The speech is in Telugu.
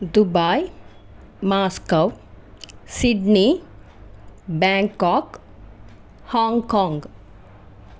Dubai Moscow Sydney Bangkok Hong Kong